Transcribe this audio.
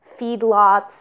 feedlots